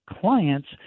clients